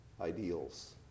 ideals